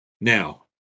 Now